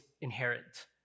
inherit